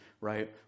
right